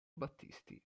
battisti